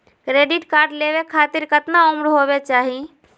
Credit card लेवे खातीर कतना उम्र होवे चाही?